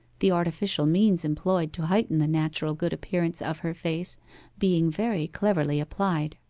the artificial means employed to heighten the natural good appearance of her face being very cleverly applied.